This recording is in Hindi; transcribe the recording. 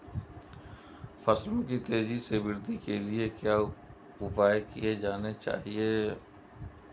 फसलों की तेज़ी से वृद्धि के लिए क्या उपाय किए जाने चाहिए?